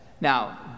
Now